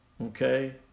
Okay